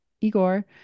Igor